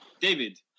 David